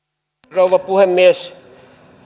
rouva puhemies